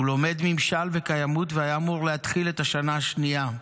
הוא לומד ממשל וקיימות והיה אמור להתחיל את השנה השנייה.